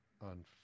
on